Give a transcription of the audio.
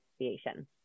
Association